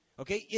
okay